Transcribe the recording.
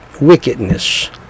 wickedness